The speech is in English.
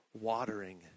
watering